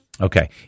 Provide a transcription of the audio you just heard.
Okay